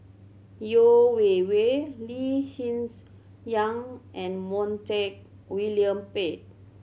Yeo Wei Wei Lee Hsien Yang and Montague William Pett